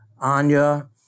Anya